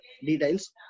details